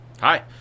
hi